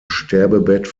sterbebett